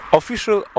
official